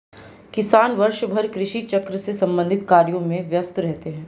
किसान वर्षभर कृषि चक्र से संबंधित कार्यों में व्यस्त रहते हैं